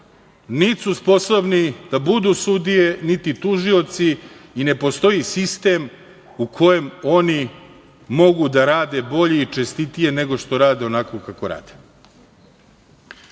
niti su sposobni da budu sudije, niti tužioci i ne postoji sistem u kojem oni mogu da rade bolje i čestitije nego što rade onako kako rade. Čudni